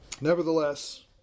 nevertheless